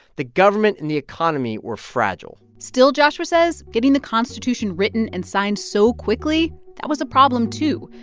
the government and the economy were fragile still, joshua says, getting the constitution written and signed so quickly, that was a problem, too,